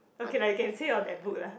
okay lah you can say your that book lah